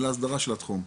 אלא ההסדרה של התחום.